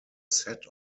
set